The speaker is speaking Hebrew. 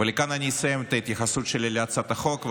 כאן אני אסיים את ההתייחסות שלי להצעת החוק.